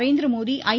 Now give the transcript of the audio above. Narendra Modi ஐ